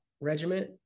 regiment